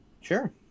Sure